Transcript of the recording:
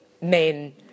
men